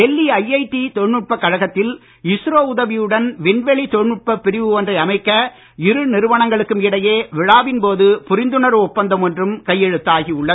Delhi IIT தொழில்நுட்பக் கழகத்தில் இஸ்ரோ உதவியுடன் விண்வெளி தொழில்நுட்பப் பிரிவு ஒன்றை அமைக்க இரு நிறுவனங்களுக்கும் இடையே இவ்விழாவின் போது புரிந்துணர்வு ஒப்பந்தம் ஒன்றும் கையெழுத்தாகி உள்ளது